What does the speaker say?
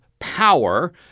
power